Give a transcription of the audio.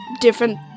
different